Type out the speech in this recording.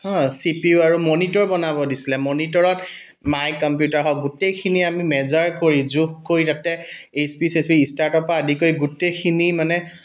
হাঁ C P U আৰু monitor বনাব দিছিলে মনিটৰত মাই কম্পিউটাৰ হওক গোটেইখিনি আমি মেজাৰ কৰি জোখ কৰি তাতে এইছ পি চেইছপি ষ্টাৰ্টৰ পৰা আৰম্ভ কৰি গোটেইখিনি মানে